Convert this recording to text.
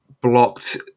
blocked